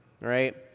right